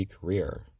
career